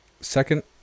second